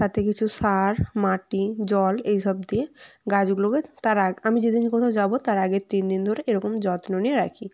তাতে কিছু সার মাটি জল এইসব দিয়ে গাছগুলোকে তারা আগ আমি যেদিন কোথাও যাবো তার আগের তিন দিন ধরে এরকম যত্ন নিয়ে রাখি